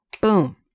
Boom